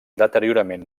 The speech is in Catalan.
deteriorament